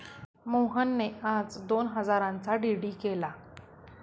मोहनने आज दोन हजारांचा डी.डी केला